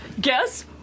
guess